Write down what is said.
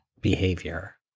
behavior